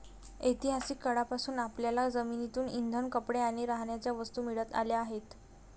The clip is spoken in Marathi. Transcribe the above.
ऐतिहासिक काळापासून आपल्याला जमिनीतून इंधन, कपडे आणि राहण्याच्या वस्तू मिळत आल्या आहेत